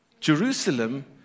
Jerusalem